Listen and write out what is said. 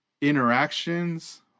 interactions